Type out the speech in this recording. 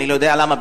אני לא יודע למה,